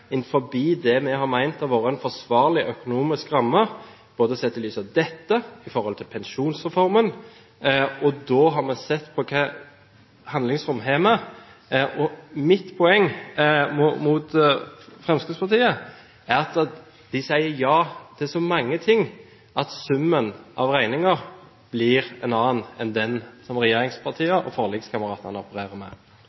det vi har ment er en forsvarlig økonomisk ramme, både sett i lys av dette og i forhold til pensjonsreformen. Da har vi sett på hva slags handlingsrom vi har. Mitt poeng i forhold til Fremskrittspartiet er at de sier ja til så mange ting at summen av regningen blir en annen enn den som